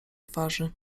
twarzy